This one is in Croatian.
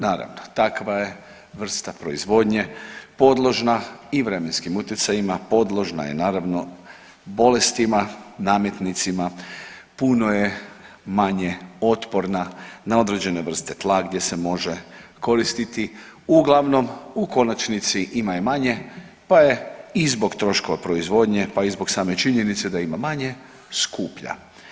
Naravno takva je vrsta proizvodnje podložna i vremenskim utjecajima, podložna je naravno bolestima, nametnicima puno je manje otporna na određene vrste tla gdje se može koristiti uglavnom u konačnici ima je manje pa je i zbog troškova proizvodnje, pa i zbog same činjenice da je ima manje skuplja.